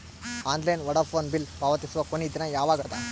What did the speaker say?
Online Vodafone bill ಪಾವತಿಸುವ ಕೊನಿ ದಿನ ಯವಾಗ ಅದ?